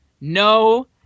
no